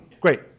Great